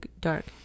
dark